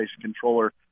controller